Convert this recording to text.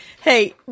Hey